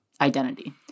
identity